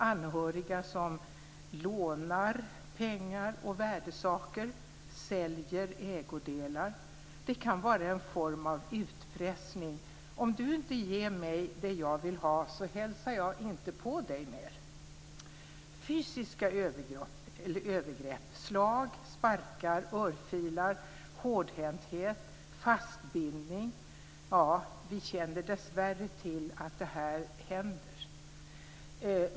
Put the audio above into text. Anhöriga lånar pengar och värdesaker, säljer ägodelar. Det kan vara en form av utpressning: Om du inte ger mig det jag vill ha, så hälsar jag inte på dig mer. Fysiska övergrepp kan vara slag, sparkar, örfilar, hårdhänthet, fastbindning. Vi känner dessvärre till att det händer.